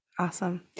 Awesome